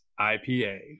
IPA